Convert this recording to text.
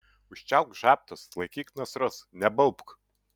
užčiaupk žabtus laikyk nasrus nebaubk